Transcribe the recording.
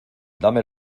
dame